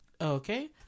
Okay